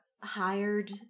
hired